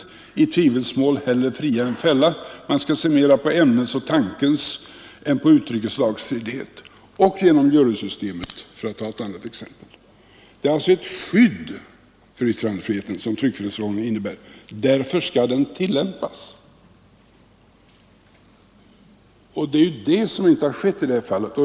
Man skall i tvivelsmål hellre fria än fälla, man skall se mera till ämnets och tankens än till uttryckets lagstridighet. Jurysystemet är ett annat exempel. Detta är alltså det skydd för yttrandefriheten som stipuleras i tryckfrihetsförordningen, och därför skall denna tillämpas. Det är det som inte skett i det här fallet.